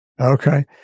okay